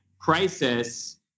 crisis